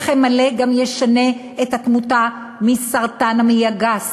לחם מלא גם ישנה את שיעור התמותה מסרטן המעי הגס